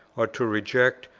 or to reject,